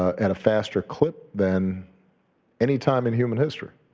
at a faster clip than any time in human history,